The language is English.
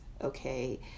Okay